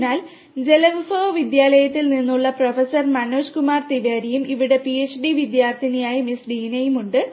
അതിനാൽ ജലവിഭവ വിദ്യാലയത്തിൽ നിന്നുള്ള പ്രൊഫസർ മനോജ് കുമാർ തിവാരിയും ഇവിടെ പിഎച്ച്ഡി വിദ്യാർത്ഥിനിയായ മിസ് ഡീനയുമുണ്ട്